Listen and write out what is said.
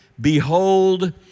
Behold